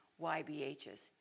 YBHs